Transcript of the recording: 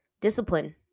discipline